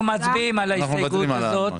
אנחנו מצביעים על ההסתייגות הזו.